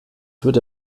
würde